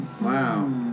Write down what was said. Wow